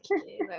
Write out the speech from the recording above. Okay